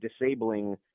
disabling